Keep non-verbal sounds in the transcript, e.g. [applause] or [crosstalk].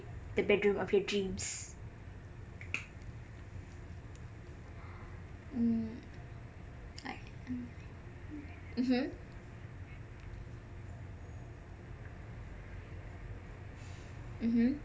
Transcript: the bedroom of your dreams [noise] mm I mmhmm mmhmm